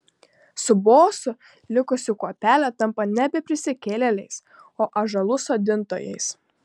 su bosu likusi kuopelė tampa nebe prisikėlėliais o ąžuolų sodintojais